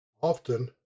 Often